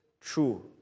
true